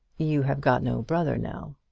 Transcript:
you have got no brother now.